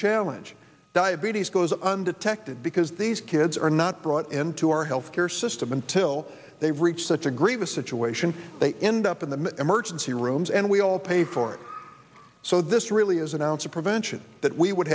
challenge diabetes goes undetected because these kids are not brought into our health care system until they reach such a grievous situation they end up in the emergency rooms and we all pay for it so this really is an ounce of prevention that we would